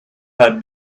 had